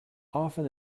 often